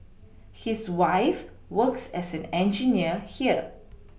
his wife works as an engineer here